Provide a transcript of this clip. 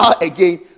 again